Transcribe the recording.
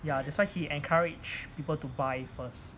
ya that's why he encouraged people to buy first